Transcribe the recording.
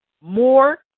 more